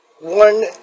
one